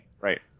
right